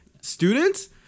Students